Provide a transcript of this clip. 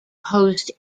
host